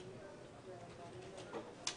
אנחנו לא עושים בצורה גורפת בדרך כלל.